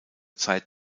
zeit